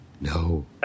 No